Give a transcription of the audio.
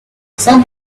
some